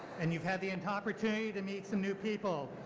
and you've had the and opportunity to meet some new people,